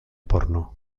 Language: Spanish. porno